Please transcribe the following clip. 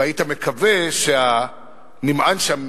והיית מקווה שהנמען שם